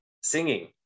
singing